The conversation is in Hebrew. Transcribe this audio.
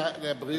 כי אמרת: בריאות.